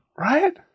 Right